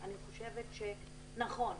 אני חושבת שנכון,